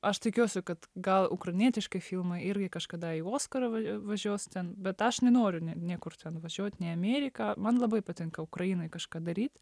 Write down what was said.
aš tikiuosi kad gal ukrainietiškai filmai irgi kažkada į oskarą važiuos ten bet aš nenoriu niekur ten važiuoti ne į ameriką man labai patinka ukrainoj kažką daryt